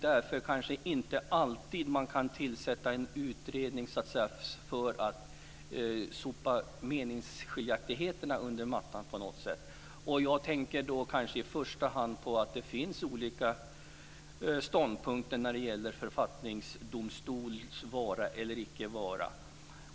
Därför går det inte alltid att tillsätta en utredning för att sopa meningsskiljaktigheterna under mattan. Jag tänker i första hand på att det finns olika ståndpunkter när det gäller en författningsdomstols vara eller icke vara.